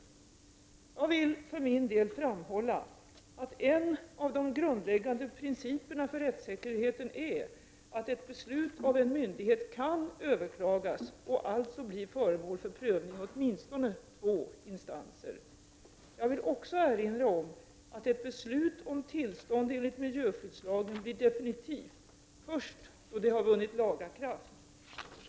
Jag vill för min del framhålla att en av de grundläggande principerna för rättssäkerheten är att ett beslut av en myndighet kan överklagas och alltså bli föremål för prövning i åtminstone två instanser. Jag vill också erinra om att ett beslut om tillstånd enligt miljöskyddslagen blir definitivt först då det har vunnit laga kraft.